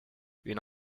une